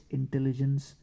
intelligence